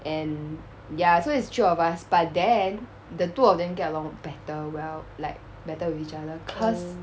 and ya so it's three of us but then the two of them get along better well like better with each other cause